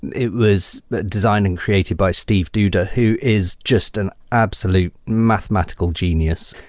it was designed and created by steve duda, who is just an absolute mathematical genius,